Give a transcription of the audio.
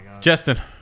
Justin